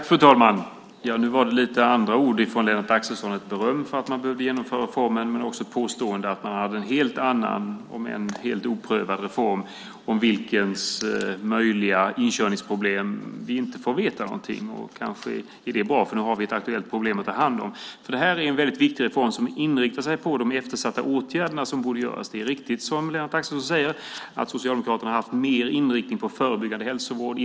Fru talman! Ja, nu var det lite andra ord från Lennart Axelsson, med beröm för att man behövde genomföra reformen. Men det var också ett påstående att man hade en helt annan, om än helt oprövad, reform om vilkens möjliga inkörningsproblem vi inte får veta någonting. Kanske är det bra, för nu har vi ett aktuellt problem att ta hand om. Det här är en väldigt viktig reform, som inriktar sig på de eftersatta åtgärder som borde vidtas. Det är riktigt, som Lennart Axelsson säger, att Socialdemokraterna har haft mer inriktning på förebyggande tandvård.